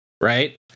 right